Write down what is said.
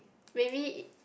maybe e~